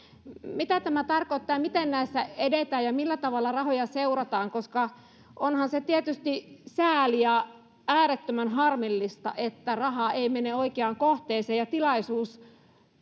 mitä tämä tarkoittaa miten näissä edetään ja millä tavalla rahoja seurataan onhan se tietysti sääli ja äärettömän harmillista että raha ei mene oikeaan kohteeseen ja